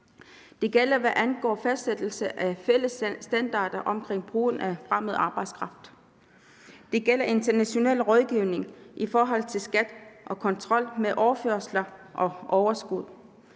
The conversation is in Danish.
Det gælder, hvad angår fastsættelsen af fælles standarder omkring brugen af fremmed arbejdskraft. Det gælder international rådgivning i forhold til skat og kontrol med overførsler af overskud.